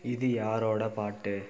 இது யாரோடய பாட்டு